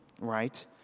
right